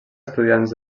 estudiants